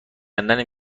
کندن